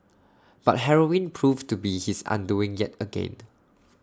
but heroin proved to be his undoing yet again